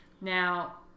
Now